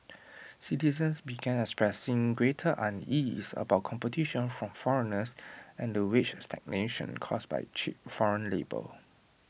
citizens began expressing greater unease about competition from foreigners and the wage stagnation caused by cheap foreign labour